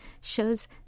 shows